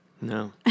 No